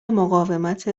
مقاومت